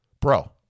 bro